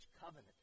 covenant